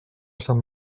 sant